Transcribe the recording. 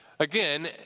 Again